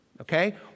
Okay